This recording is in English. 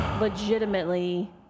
legitimately